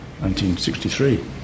1963